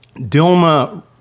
Dilma